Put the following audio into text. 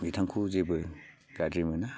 बिथांखौ जेबो गाज्रि मोना